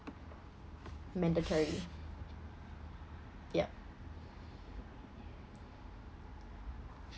mandatory yup